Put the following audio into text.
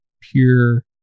pure